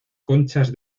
conchas